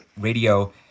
radio